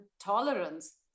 tolerance